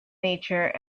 nature